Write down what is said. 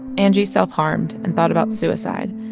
angie self harmed and thought about suicide.